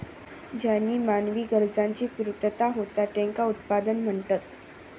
ज्येनीं मानवी गरजांची पूर्तता होता त्येंका उत्पादन म्हणतत